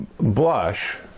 blush